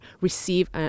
receive